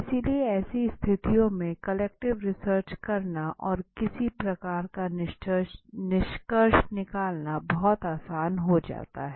इसलिए ऐसी स्थितियों में क्वालिटेटिव रिसर्च करना और किसी प्रकार का निष्कर्ष निकालना बहुत आसान हो जाता है